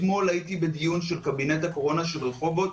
אתמול הייתי בדיון של קבינט הקורונה של רחובות.